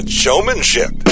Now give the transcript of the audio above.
showmanship